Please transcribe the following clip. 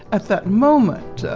at that moment